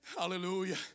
Hallelujah